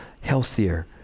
healthier